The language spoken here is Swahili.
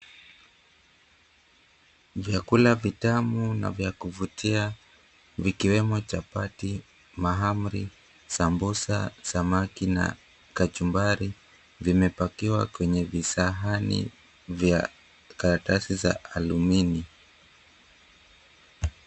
Vyakula vitamu vya kuvutia vikiwemo chapati, mahamri, sambusa, samaki na kachumbari vimepakiwa kwenye visahani vya karatasi za aluminium .